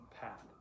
path